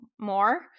more